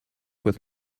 with